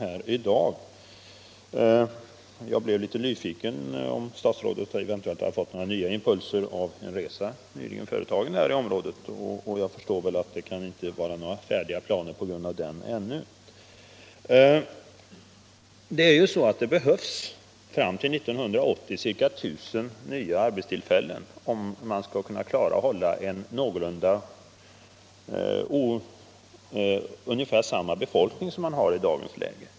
Jag blev bara litet nyfiken på om statsrådet eventuellt hade fått några nya impulser av den resa som han nyligen företagit i området. Jag förstår dock att det inte som ett resultat av den resan kan föreligga några färdiga planer ännu. Fram till 1980 behövs det ca 1 000 nya arbetstillfällen i norra Bohuslän, om man skall kunna behålla ungefär samma befolkning som nu.